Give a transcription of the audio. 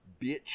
bitch